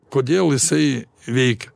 kodėl jisai veikia